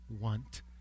want